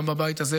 גם בבית הזה,